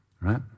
right